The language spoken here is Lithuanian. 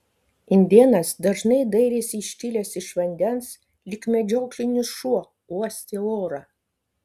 indėnas dažnai dairėsi iškilęs iš vandens lyg medžioklinis šuo uostė orą